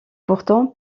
pourtant